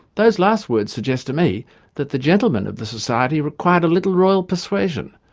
those last words suggest to me that the gentlemen of the society required a little royal persuasion,